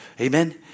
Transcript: Amen